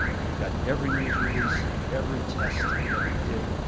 you have got every news release, every test that we did,